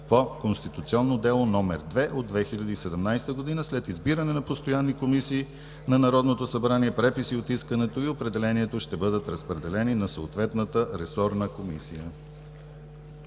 по конституционно дело № 2 от 2017 г. След избиране на постоянни комисии на Народното събрание преписи от искането и определението ще бъдат разпределени на съответната ресорна комисия.